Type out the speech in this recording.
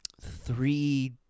three